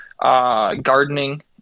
Gardening